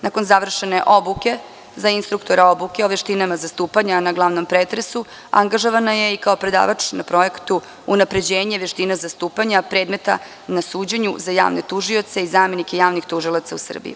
Nakon završene obuke za instruktora obuke o veštinama zastupanja a na glavnom pretresu, angažovana je i kao predavač na projektu „Unapređenje veštine zastupanja predmeta na suđenju za javne tužioce i zamenike javnih tužilaca u Srbiji“